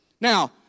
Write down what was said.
Now